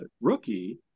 rookie